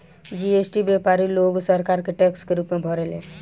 GST व्यापारी लोग सरकार के टैक्स के रूप में भरेले